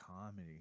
comedy